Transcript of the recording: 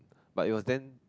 but it was then